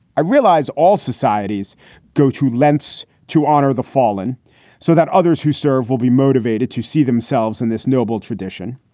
i realize all societies go to lengths to honor the fallen so that others who serve will be motivated to see themselves in this noble tradition.